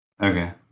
Okay